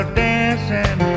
dancing